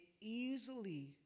easily